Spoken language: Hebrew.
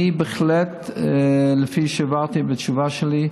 בהחלט, כפי שהבהרתי בתשובה שלי,